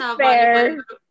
fair